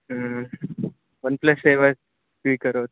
one plus एव स्वीकरोतु